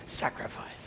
sacrifice